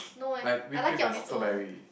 like whip cream and strawberry